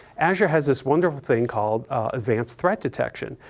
azure has this wonderful thing called advanced threat detection.